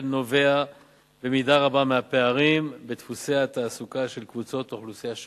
נובע במידה רבה מהפערים בדפוסי התעסוקה של קבוצות אוכלוסייה שונות,